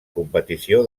competició